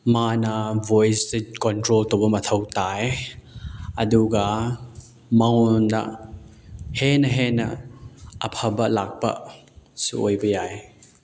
ꯃꯥꯅ ꯕꯣꯏꯁꯁꯦ ꯀꯟꯇ꯭ꯔꯣꯜ ꯇꯧꯕ ꯃꯊꯧ ꯇꯥꯏ ꯑꯗꯨꯒ ꯃꯉꯣꯟꯗ ꯍꯦꯟꯅ ꯍꯦꯟꯅ ꯑꯐꯕ ꯂꯥꯛꯄꯁꯨ ꯑꯣꯏꯕ ꯌꯥꯏ